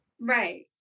Right